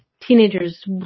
Teenagers